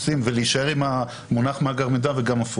ולהישאר עם המונח מאגר מידע, וגם הפוך.